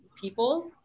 people